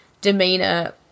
demeanor